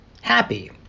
happy